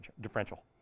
differential